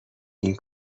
این